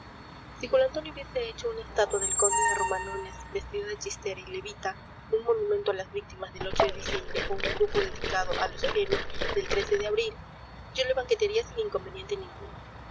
si julio antonio hubiese hecho una estatua del conde de romanones vestido de chistera y levita un monumento a las víctimas del de diciembre o un grupo dedicado a los héroes del de abril yo le banquetearía sin inconveniente ninguno